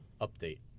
Update